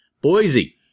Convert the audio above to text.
Boise